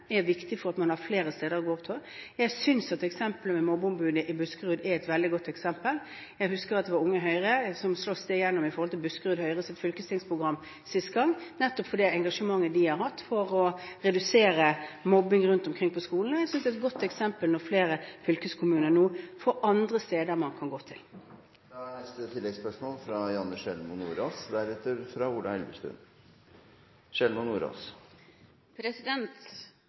viktig for at man skal ha flere steder å gå. Jeg synes at eksemplet med mobbeombudet i Buskerud er veldig godt. Jeg husker at det var Unge Høyre som sloss det igjennom i Buskerud Høyres fylkestingsprogram sist gang, nettopp for det engasjementet de har hatt for å redusere mobbing rundt omkring på skolene. Og jeg synes det er et godt eksempel når flere fylkeskommuner nå får andre steder å gå. Janne Sjelmo Nordås – til oppfølgingsspørsmål. Mobbing er